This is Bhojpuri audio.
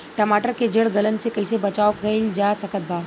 टमाटर के जड़ गलन से कैसे बचाव कइल जा सकत बा?